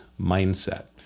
mindset